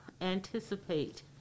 anticipate